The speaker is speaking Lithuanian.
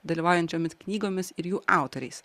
dalyvaujančiomis knygomis ir jų autoriais